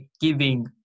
giving